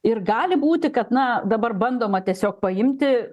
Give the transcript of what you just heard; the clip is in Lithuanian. ir gali būti kad na dabar bandoma tiesiog paimti